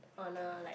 on a like